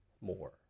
more